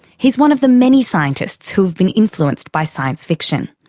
he's one of the many scientists who have been influenced by science fiction.